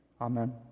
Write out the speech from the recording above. Amen